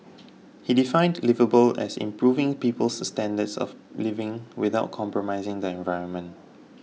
he defined liveable as improving people's standards of living without compromising the environment